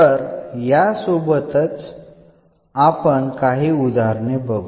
तर यासोबतच आपण काही उदाहरणे बघू